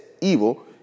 evil